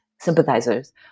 sympathizers